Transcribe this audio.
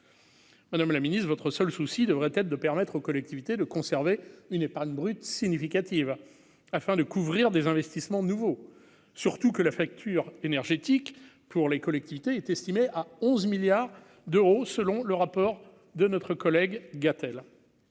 Madame la Ministre votre seul souci devrait être de permettre aux collectivités de conserver une épargne brute significative afin de couvrir des investissements nouveaux, surtout que la facture énergétique pour les collectivités est estimé à 11 milliards d'euros, selon le rapport de notre collègue, Gatel